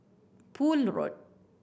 Poole Road